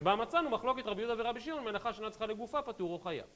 בה מצאנו מחלוקת רבי יהודה ורבי שימעון, מלאכה שאינה צריכה לגופה, פטור או חייב